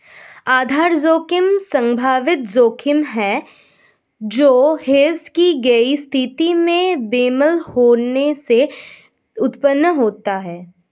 आधार जोखिम संभावित जोखिम है जो हेज की गई स्थिति में बेमेल होने से उत्पन्न होता है